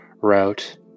route